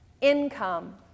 income